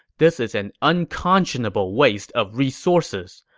this is an unconscionable waste of resources.